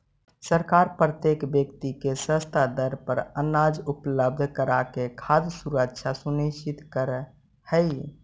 सरकार प्रत्येक व्यक्ति के सस्ता दर पर अनाज उपलब्ध कराके खाद्य सुरक्षा सुनिश्चित करऽ हइ